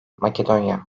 makedonya